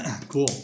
Cool